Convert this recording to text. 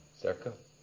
cerca